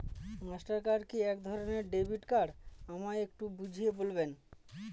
Master card কি একধরণের debit card আমায় একটু বুঝিয়ে বলবেন?